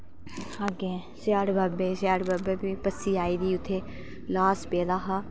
ते अग्गें स्याढ़ बाबा ते स्याढ़ बाबा ई बी पस्सी आई दी अग्गें ल्हास पेदा हा